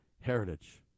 heritage